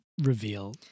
reveal